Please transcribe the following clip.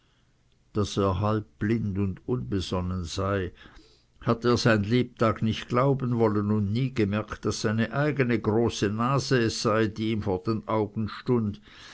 daß er halbblind und unbesonnen sei hatte er sein lebtag nicht glauben wollen und nie gemerkt daß seine eigene große nase es sei die ihm vor den augen stund